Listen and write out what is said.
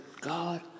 God